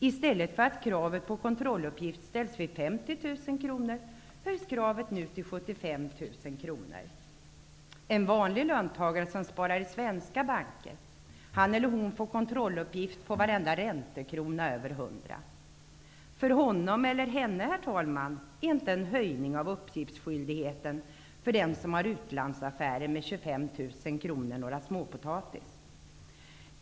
I stället för att kravet på kontrolluppgift sätts vid 50 000 kr höjs beloppet nu till 75 000 kr. En vanlig löntagare som sparar i svenska banker får kontrolluppgift på varenda räntekrona över 100 kr. För honom eller henne är en höjning av beloppet med 25 000 kr för uppgiftsskyldighet för den som har utlandsaffärer inte några småpotatisar.